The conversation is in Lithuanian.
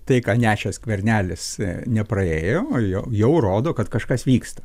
tai ką nešė skvernelis nepraėjo ja jau rodo kad kažkas vyksta